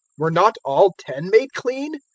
were not all ten made clean?